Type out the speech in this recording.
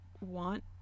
want